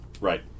Right